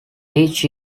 each